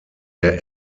der